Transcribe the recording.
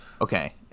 Okay